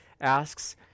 asks